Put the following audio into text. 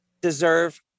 deserve